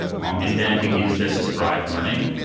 um and then we use this to drive learning.